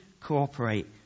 cooperate